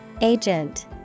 Agent